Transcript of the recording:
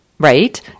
right